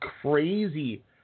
crazy